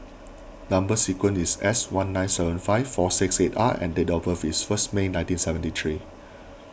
Number Sequence is S one nine seven five four six eight R and date of birth is first May nineteen seventy three